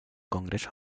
congreso